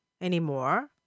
anymore